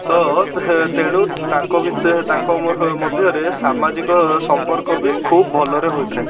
ତ ତେଣୁ ତାଙ୍କ ତାଙ୍କ ମଧ୍ୟରେ ସାମାଜିକ ସମ୍ପର୍କ ବି ଖୁବ୍ ଭଲରେ ହୋଇଥାଏ